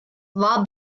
war